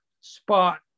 spot